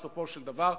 בסופו של דבר,